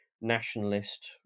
nationalist